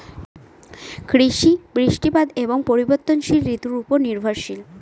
কৃষি বৃষ্টিপাত এবং পরিবর্তনশীল ঋতুর উপর নির্ভরশীল